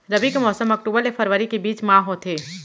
रबी के मौसम अक्टूबर ले फरवरी के बीच मा होथे